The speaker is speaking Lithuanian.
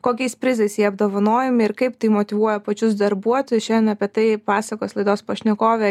kokiais prizais jie apdovanojami ir kaip tai motyvuoja pačius darbuotojus šiandien apie tai pasakos laidos pašnekovė